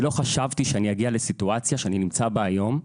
אני לא חשבתי שאני אגיע לסיטואציה שאני נמצא בה היום,